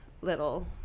little